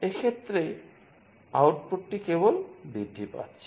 এই ক্ষেত্রে আউটপুটটি কেবল বৃদ্ধি পাচ্ছে